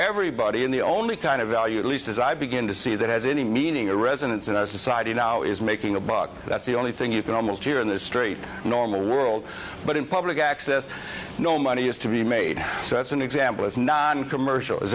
everybody in the only kind of value at least as i begin to see that has any meaning or resonance in our society now is making a buck that's the only thing you can almost hear in the street normal world but in public access no money is to be made so that's an example as noncommercial is